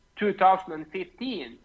2015